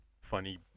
funny